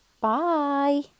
Bye